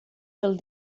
del